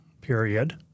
period